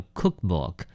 cookbook